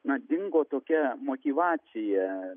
na dingo tokia motyvacija